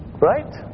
Right